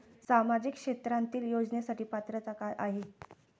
सामाजिक क्षेत्रांतील योजनेसाठी पात्रता काय आहे?